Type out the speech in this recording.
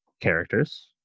characters